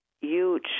huge